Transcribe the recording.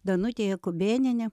danutė jokubėnienė